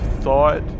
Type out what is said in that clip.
thought